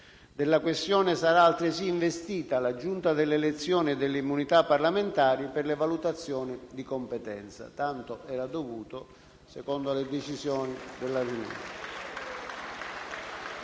Della questione sarà altresì investita la Giunta delle elezioni e delle immunità parlamentari per le valutazioni di competenza. Tanto era dovuto secondo le decisioni della riunione.